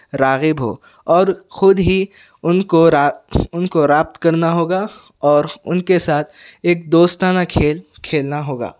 راغب ہو اور خود ہی ان کو را ان کو رابطہ کرنا ہوگا اور ان کے ساتھ ایک دوستانہ کھیل کھیلنا ہوگا